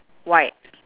white